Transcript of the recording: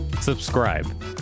Subscribe